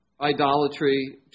Idolatry